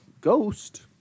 Ghost